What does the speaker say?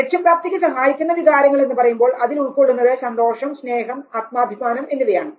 ലക്ഷ്യപ്രാപ്തിക്കു സഹായിക്കുന്ന വികാരങ്ങൾ എന്ന് പറയുമ്പോൾ അതിൽ ഉൾക്കൊള്ളുന്നത് സന്തോഷം സ്നേഹം ആത്മാഭിമാനം എന്നിവയാണ്